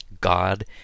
God